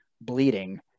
bleeding